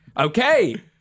Okay